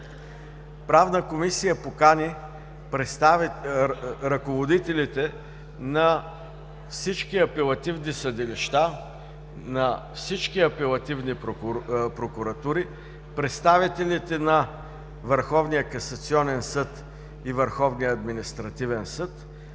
Правна комисия покани ръководителите на всички апелативни съдилища, на всички апелативни прокуратури, представителите на Върховния